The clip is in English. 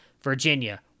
Virginia